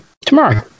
tomorrow